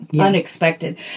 unexpected